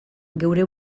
geure